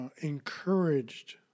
encouraged